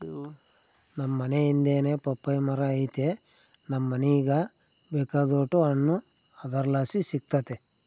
ನಮ್ ಮನೇ ಹಿಂದೆನೇ ಪಪ್ಪಾಯಿ ಮರ ಐತೆ ನಮ್ ಮನೀಗ ಬೇಕಾದೋಟು ಹಣ್ಣು ಅದರ್ಲಾಸಿ ಸಿಕ್ತತೆ